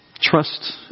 Trust